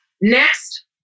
Next